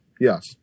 Yes